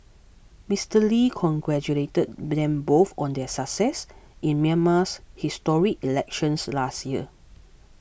Mister Lee congratulated them both on their success in Myanmar's historic elections last year